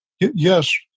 Yes